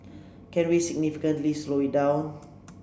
can we significantly slow it down